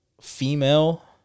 female